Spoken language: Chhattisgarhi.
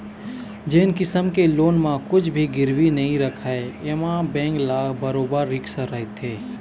जेन किसम के लोन म कुछ भी गिरवी नइ राखय एमा बेंक ल बरोबर रिस्क रहिथे